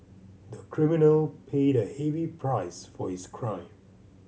the criminal paid a heavy price for his crime